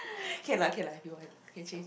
can lah can lah if you want can change